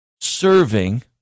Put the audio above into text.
serving